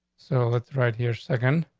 so let's right here second.